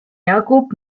jagub